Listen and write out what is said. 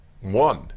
one